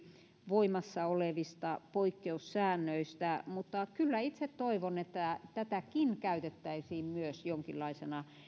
voimassa olevista poikkeussäännöistä mutta kyllä itse toivon että tätäkin käytettäisiin myös jonkinlaisena